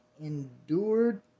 endured